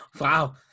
Wow